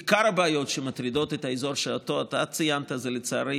עיקר הבעיות שמטרידות את האזור שאותו ציינת זה לצערי